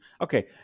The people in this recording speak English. Okay